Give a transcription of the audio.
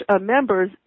members